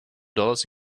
dollars